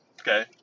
Okay